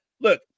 look